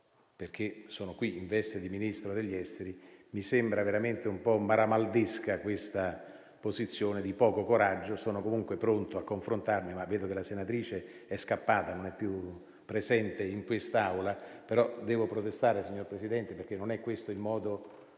perché sono qui in veste di Ministro degli affari esteri, mi sembra veramente un po' maramaldesca questa posizione di poco coraggio. Sono comunque pronto a confrontarmi, ma vedo che la senatrice è scappata, non è più presente in quest'Aula. Devo protestare, però, signor Presidente, perché non è questo il modo